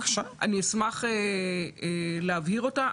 אני אשמח להבהיר אותה.